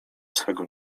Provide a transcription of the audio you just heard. swego